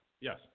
Yes